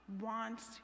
wants